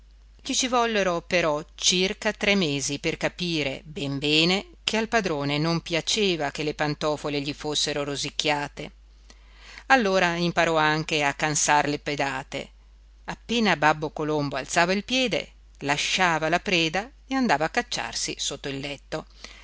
gli ci vollero però circa tre mesi per capire ben bene che al padrone non piaceva che le pantofole gli fossero rosicchiate allora imparò anche a cansar le pedate appena babbo colombo alzava il piede lasciava la preda e andava a cacciarsi sotto il letto